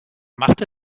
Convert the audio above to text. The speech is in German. machte